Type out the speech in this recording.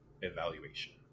evaluation